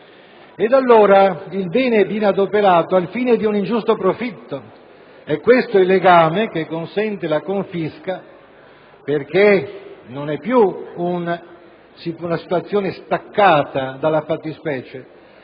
Ed allora il bene viene adoperato al fine di un ingiusto profitto. È questo il legame che consente la confisca, perché non è più una situazione staccata dalla fattispecie,